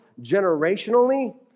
generationally